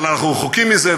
אבל אנחנו רחוקים מזה,